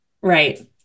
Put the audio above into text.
Right